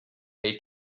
tej